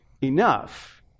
enough